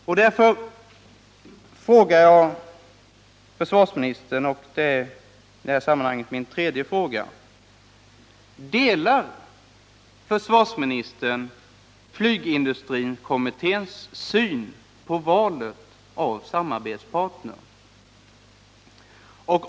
Mot denna bakgrund frågar jag — och det är i det här sammanhanget min tredje och min fjärde fråga — försvarsministern följande: Delar försvarsministern flygindustrikommitténs syn på valet av samarbetspartner?